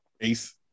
Ace